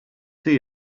see